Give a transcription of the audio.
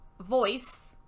Voice